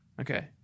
Okay